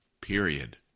Period